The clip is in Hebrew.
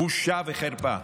בושה וחרפה,